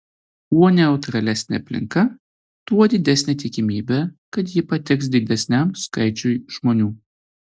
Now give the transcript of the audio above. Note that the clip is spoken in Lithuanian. kuo neutralesnė aplinka tuo didesnė tikimybė kad ji patiks didesniam skaičiui žmonių